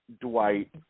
Dwight